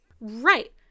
Right